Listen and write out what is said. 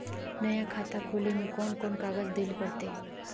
नया खाता खोले में कौन कौन कागज देल पड़ते?